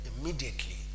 immediately